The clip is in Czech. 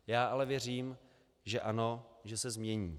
Já ale věřím, že ano, že se změní.